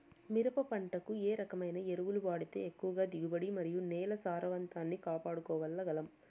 మిరప పంట కు ఏ రకమైన ఎరువులు వాడితే ఎక్కువగా దిగుబడి మరియు నేల సారవంతాన్ని కాపాడుకోవాల్ల గలం?